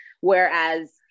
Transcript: whereas